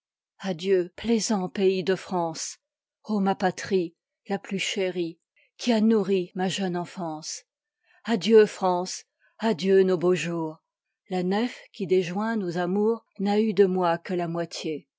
plaisant pays de france o ma patrie la plus chérie qui as nourri ma jeune enfv ce adieu france adieu nos beaux jours la nef qui dëjoint nos amours n'a eu de moi que la moitié